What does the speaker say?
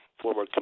former